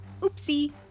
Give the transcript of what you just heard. Oopsie